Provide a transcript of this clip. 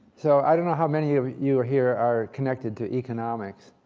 so i don't know how many of you here are connected to economics.